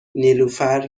نیلوفر